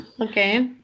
Okay